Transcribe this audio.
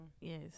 Yes